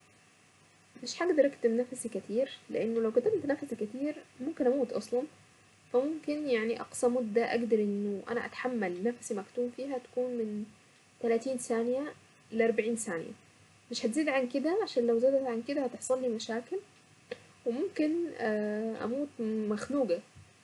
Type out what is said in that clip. في يوم من الايام كانت في اميرة قررت انها تتبع خريطة وهي صورة جمعت كل حاجة معاها من الاكل والشرب وركبت طعمها الابيض وكل ما مشيت مسافة كبيرة كانت تواجهها الغاز اكبر واكبر واكبر وادلة محفورة على الص وفي نهاية الرحلة تكتشفت ان الخريطة دي كانت مودياها المملكة القديمة وغير معروفة.